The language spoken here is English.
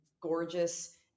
gorgeous